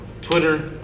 Twitter